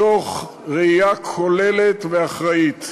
מתוך ראייה כוללת ואחראית.